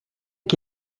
qui